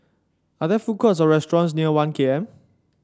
are there food courts or restaurants near One K M